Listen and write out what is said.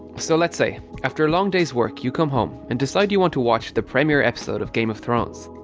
so let's say after a long day's work you come home and decide you want to watch the premiere episode of game of thrones.